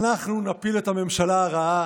אנחנו נפיל את הממשלה הרעה,